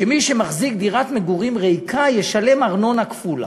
שמי שמחזיק דירת מגורים ריקה ישלם ארנונה כפולה.